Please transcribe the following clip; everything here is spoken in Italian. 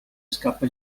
scappa